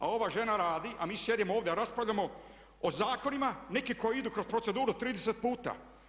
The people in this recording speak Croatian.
A ova žena radi, a mi sjedimo ovdje, raspravljamo o zakonima, neki koji idu kroz proceduru 30 puta.